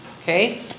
Okay